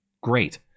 Great